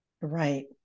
Right